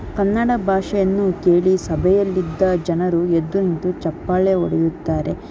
ಕನ್ನಡ ಭಾಷೆಯನ್ನು ಕೇಳಿ ಸಭೆಯಲ್ಲಿದ್ದ ಜನರು ಎದ್ದು ನಿಂತು ಚಪ್ಪಾಳೆ ಹೊಡೆಯುತ್ತಾರೆ